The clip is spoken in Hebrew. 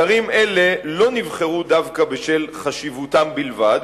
אתרים אלה לא נבחרו בשל חשיבותם בלבד,